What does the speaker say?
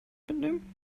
mitnehmen